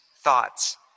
thoughts